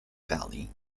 valley